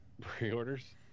pre-orders